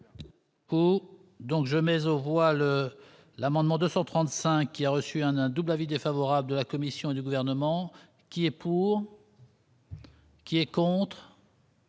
jamais au voile l'amendement 235 qui a reçu un un double avis défavorable de la commission du gouvernement qui est pour. Qui est contre.